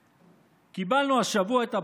קיבלנו השבוע את ה"בשורה",